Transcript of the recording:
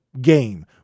game